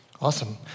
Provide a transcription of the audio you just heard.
Awesome